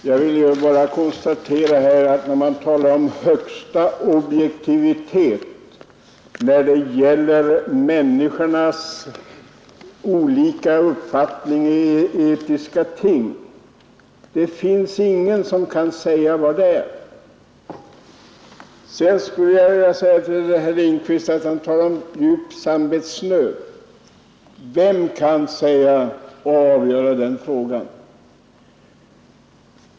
Herr talman! När man talar om högsta objektivitet då det gäller människornas olika uppfattningar i etiska ting så vill jag bara konstatera att det finns ingen som kan säga vad det är. Herr Lindkvist talar om djup samvetsnöd. Vem kan avgöra en sådan fråga?